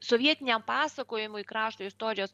sovietiniam pasakojimui krašto istorijos